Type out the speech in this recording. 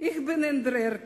"איך בין אין דער ערד,